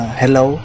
hello